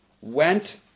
Went